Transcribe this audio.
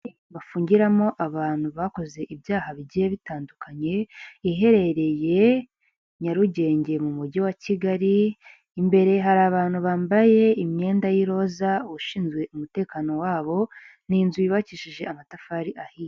Bafungiramo abantu bakoze ibyaha bigiye bitandukanye iherereye Nyarugenge mu mujyi wa Kigali, imbere hari abantu bambaye imyenda y'iroza ushinzwe umutekano wabo ni inzu yubakishije amatafari ahiye.